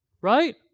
Right